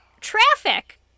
traffic